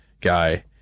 guy